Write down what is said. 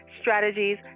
Strategies